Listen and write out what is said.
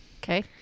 Okay